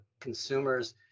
consumers